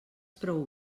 prou